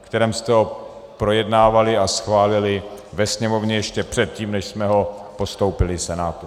ve kterém jste ho projednávali a schválili ve Sněmovně ještě předtím, než jsme ho postoupili Senátu.